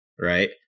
right